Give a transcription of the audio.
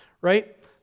right